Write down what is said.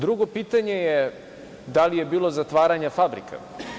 Drugo pitanje je da li je bilo zatvaranja fabrika?